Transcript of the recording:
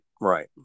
right